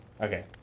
Okay